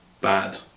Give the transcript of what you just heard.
bad